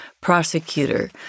prosecutor